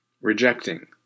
rejecting